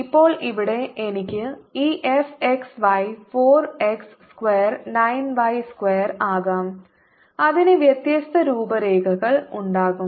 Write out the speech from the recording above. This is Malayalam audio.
ഇപ്പോൾ ഇവിടെ എനിക്ക് ഈ f x y 4 x square 9 y square ആകാം അതിന് വ്യത്യസ്ത രൂപരേഖകൾ ഉണ്ടാകും